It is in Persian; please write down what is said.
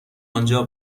آنجا